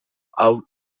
hau